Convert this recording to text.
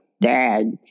Dad